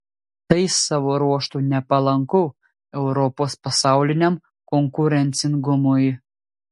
tai savo ruožtu nepalanku europos pasauliniam konkurencingumui